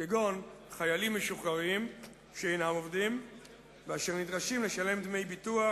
כגון חיילים משוחררים שאינם עובדים ואשר נדרשים לשלם דמי ביטוח